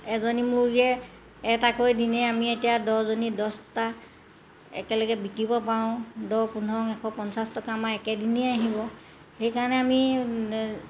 এজনী মুৰ্গীয়ে এটাকৈ দিনে আমি এতিয়া দহজনী দহটা একেলগে বিকিব পাৰোঁ দহ পোন্ধৰং এশ পঞ্চাছ টকা আমাৰ একেদিনায়েই আহিব সেইকাৰণে আমি